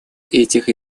этих